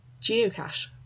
Geocache